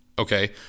Okay